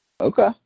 Okay